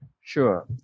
Sure